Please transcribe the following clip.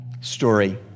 story